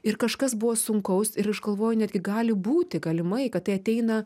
ir kažkas buvo sunkaus ir aš galvoju netgi gali būti galimai kad tai ateina